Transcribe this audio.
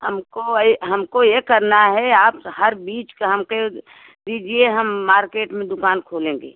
हमको ये हमको ये करना है आप हर बीज का हमके दीजिए हम मार्केट में दुकान खोलेंगे